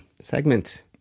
segment